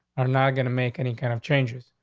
are not going to make any kind of changes.